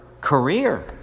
career